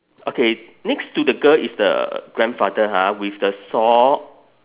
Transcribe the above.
okay next to the girl is the grandfather ha with the saw